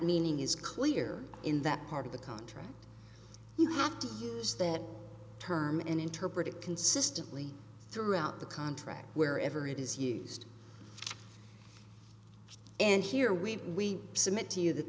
meaning is clear in that part of the contract you have to use that term and interpret it consistently throughout the contract where ever it is used and here we submit to you